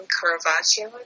Caravaggio